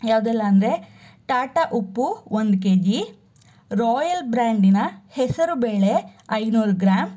ಯಾವುದೆಲ್ಲ ಅಂದರೆ ಟಾಟಾ ಉಪ್ಪು ಒಂದು ಕೆ ಜಿ ರಾಯಲ್ ಬ್ರ್ಯಾಂಡಿನ ಹೆಸರು ಬೇಳೆ ಐನೂರು ಗ್ರಾಮ್